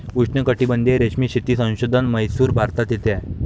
उष्णकटिबंधीय रेशीम शेती संशोधन म्हैसूर, भारत येथे आहे